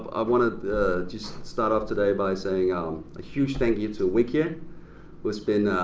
i want to just start off today by saying um a huge thank you to wikia, who's been